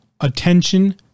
attention